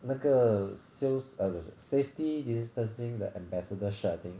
那个 sales ah 不是不是 safety distancing 的 ambassador shirt I think